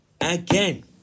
again